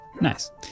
Nice